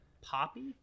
Poppy